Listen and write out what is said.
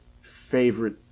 favorite